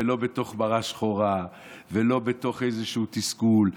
ולא בתוך מרה שחורה ולא בתוך איזשהו תסכול.